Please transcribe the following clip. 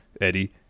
Eddie